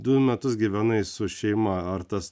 du metus gyvenai su šeima ar tas